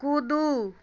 कूदू